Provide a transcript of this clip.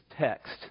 text